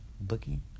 booking